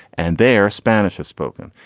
and their spanish spoken.